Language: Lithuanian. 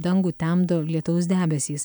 dangų temdo lietaus debesys